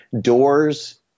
doors